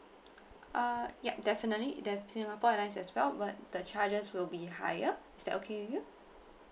uh ya definitely there's singapore airlines as well but the charges will be higher is that okay with you